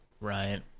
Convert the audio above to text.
Right